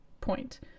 point